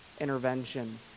intervention